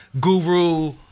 guru